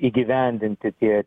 įgyvendinti tie